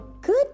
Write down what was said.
good